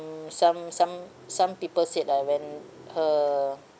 mm some some some people said lah when her